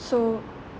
so